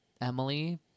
Emily